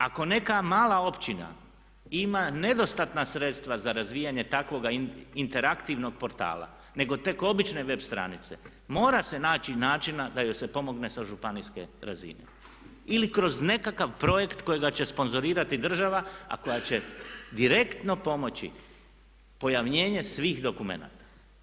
Ako neka mala općina ima nedostatna sredstva za razvijanje takvoga aktivnog portala nego tek obične web stranice mora se naći načina da joj se pomogne sa županijske razine ili kroz nekakav projekt kojega će sponzorirati država a koja će direktno pomoći pojavljenje svih dokumenata.